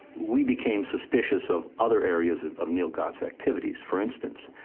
we became suspicious of other areas and of neil gott's activities. for instance,